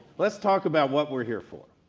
let's talk about what we're here for.